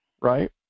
right